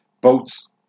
Boats